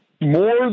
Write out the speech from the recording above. more